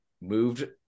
moved